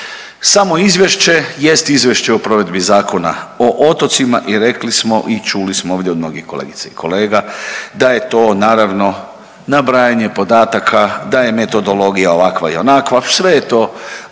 Samo izvješće jest izvješće o provedbi Zakona o otocima i rekli smo i čuli smo ovdje od mnogih kolegica i kolega da je to naravno nabrajanje podataka, da je metodologija ovakva i onakva, sve je to